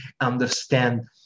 understand